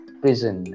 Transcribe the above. prison